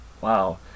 Wow